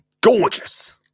gorgeous